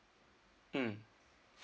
mm